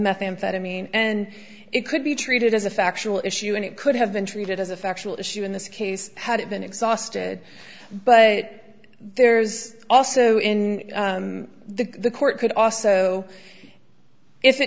methamphetamine and it could be treated as a factual issue and it could have been treated as a factual issue in this case had it been exhausted but there is also in the court could also if it